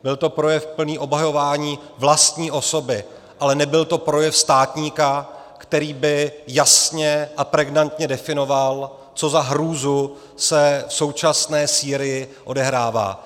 Byl to projev plný obhajování vlastní osoby, ale nebyl to projev státníka, který by jasně a pregnantně definoval, co za hrůzu se v současné Sýrii odehrává.